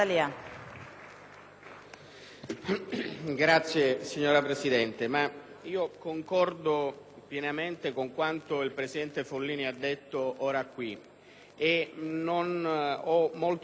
Signora Presidente, concordo pienamente con quanto il presidente Follini ha detto ora e non ho molto da aggiungere